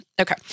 Okay